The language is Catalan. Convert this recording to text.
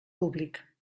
públic